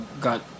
got